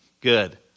Good